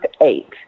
eight